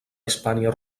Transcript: hispània